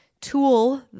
tool